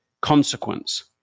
consequence